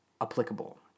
applicable